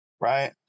Right